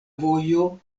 vojo